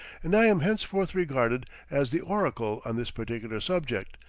and i am henceforth regarded as the oracle on this particular subject,